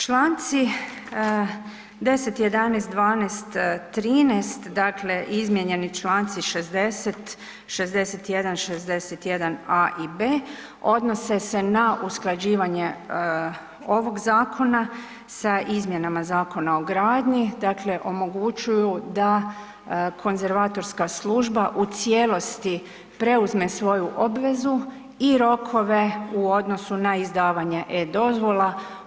Članci 10., 11., 12., 13., dakle, izmijenjeni čl. 60., 61., 61.a i b, odnose se na usklađivanje ovog zakona sa izmjena Zakona o gradnji, dakle omogućuju da konzervatorska služba u cijelosti preuzme svoju obvezu i rokove u odnosu na izdavanje e-Dozvola.